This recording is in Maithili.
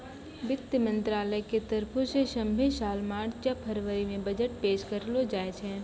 वित्त मंत्रालय के तरफो से सभ्भे साल मार्च या फरवरी मे बजट पेश करलो जाय छै